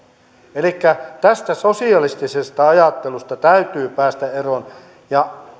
elikkä tästä sosialistisesta ajattelusta täytyy päästä eroon ja